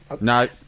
No